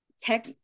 tech